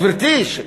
גברתי.